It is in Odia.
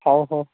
ହଉ ହଉ